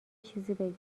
چیزی